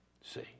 See